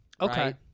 Okay